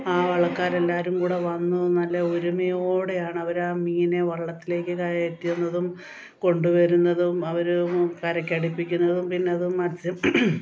ആ വള്ളക്കാരെല്ലാവരും കൂടെ വന്നു നല്ല ഒരുമയോടെയാണ് അവരാ മീനെ വള്ളത്തിലേക്കു കയറ്റുന്നതും കൊണ്ടു വരുന്നതും അവർ കരക്കടിപ്പിക്കുന്നതും പിന്നെ അതു മത്സ്യ